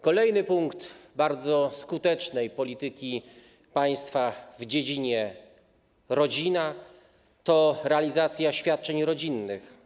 Kolejny punkt bardzo skutecznej polityki państwa w dziedzinie pomocy rodzinie to realizacja świadczeń rodzinnych.